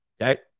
Okay